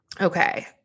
Okay